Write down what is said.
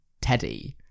teddy